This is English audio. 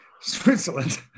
Switzerland